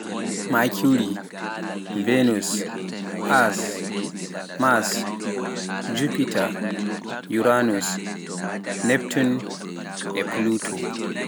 Mercury, Venus, Earth, Mars, Jupiter, Uranus, neptune, pluto